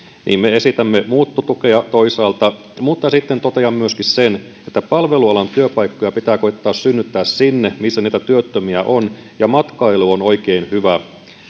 me esitämme muuttotukea toisaalta mutta totean myöskin sen että palvelualan työpaikkoja pitää koettaa synnyttää sinne missä niitä työttömiä on ja matkailu on oikein hyvä